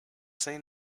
say